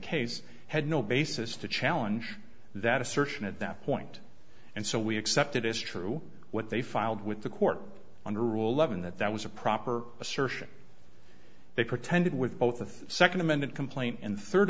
case had no basis to challenge that assertion at that point and so we accepted as true what they filed with the court under rule eleven that that was a proper assertion they pretended with both the second amended complaint and third